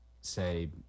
Say